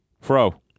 Fro